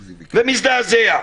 ומזדעזע.